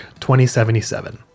2077